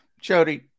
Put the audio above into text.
Jody